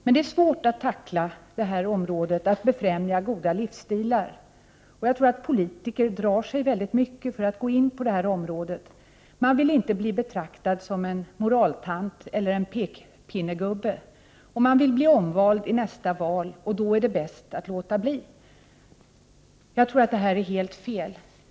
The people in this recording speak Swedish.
Men det är svårt att tackla det här området och befrämja goda livsstilar. Jag tror att politiker drar sig väldigt mycket för att gå in på området. Man vill inte bli betraktad som en moraltant eller en pekpinnegubbe. Man vill bli omvald i nästa val, och då är det bäst att låta bli. Jag tror det är helt fel.